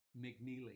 McNeely